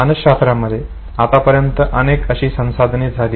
मानसशास्त्रामध्ये आतापर्यंत अनेक अशी संशोधने झाली